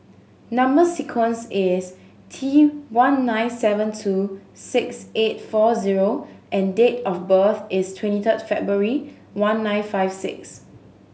number sequence is T one nine seven two six eight four zero and date of birth is twenty third February one nine five six